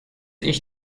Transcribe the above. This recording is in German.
ich